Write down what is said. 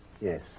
Yes